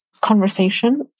conversation